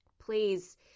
please